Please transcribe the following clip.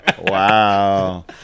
Wow